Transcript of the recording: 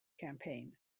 campaign